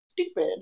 stupid